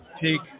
take